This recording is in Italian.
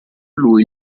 lui